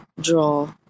draw